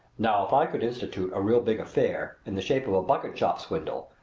now if i could institute a real big affair in the shape of a bucketshop swindle,